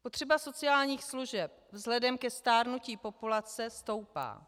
Potřeba sociálních služeb vzhledem ke stárnutí populace stoupá.